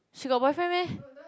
she got boyfriend meh